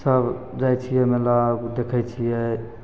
सब जाइ छिए मेला आओर देखै छिए